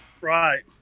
Right